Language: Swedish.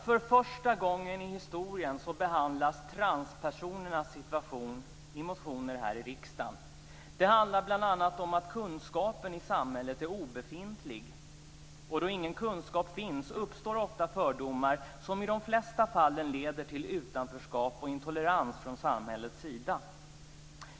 För första gången i historien behandlas transpersonernas situation i motioner här i riksdagen. Det handlar bl.a. om att kunskapen i samhället är obefintlig. Då ingen kunskap finns uppstår ofta fördomar som i de flesta fall leder till utanförskap och intolerans från samhällets sida.